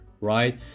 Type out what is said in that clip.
right